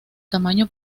tamaño